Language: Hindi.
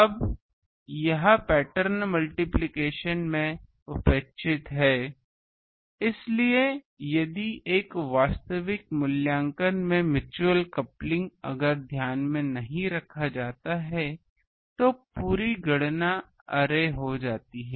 अब यह पैटर्न मल्टिप्लिकेशन में उपेक्षित है इसलिए यदि एक वास्तविक मूल्यांकन में म्यूच्यूअल कपलिंग अगर ध्यान में नहीं रखा जाता है तो पूरी गणना अरेहो जाती है